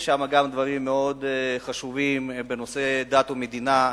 יש שם גם דברים מאוד חשובים בנושא דת ומדינה,